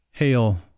Hail